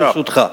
ברשותך,